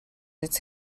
its